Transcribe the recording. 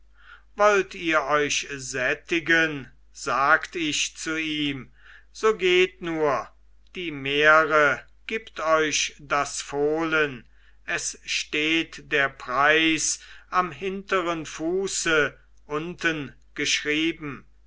wollt ihr euch sättigen sagt ich zu ihm so geht nur die mähre gibt euch das fohlen es steht der preis am hinteren fuße unten geschrieben